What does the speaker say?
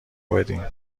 بدین